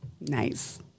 Nice